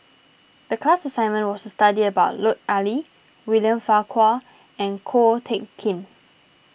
the class assignment was to study about Lut Ali William Farquhar and Ko Teck Kin